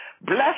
Bless